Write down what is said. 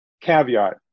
caveat